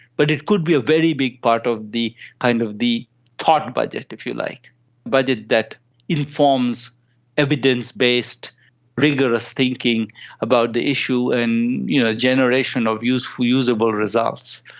but it could be a very big part of the kind of the thought budget, if you like, the budget that informs evidence-based rigorous thinking about the issue and you know generation of usable usable results.